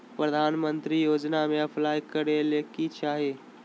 प्रधानमंत्री योजना में अप्लाई करें ले की चाही?